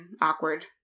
awkward